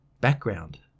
Background